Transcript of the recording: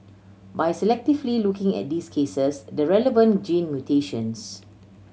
by selectively looking at these cases the relevant gene mutations